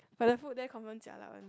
but the food there confirm jialat one